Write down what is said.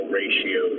ratio